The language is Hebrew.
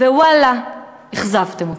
ואללה, אכזבתם אותם.